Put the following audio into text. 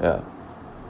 ya